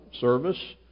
service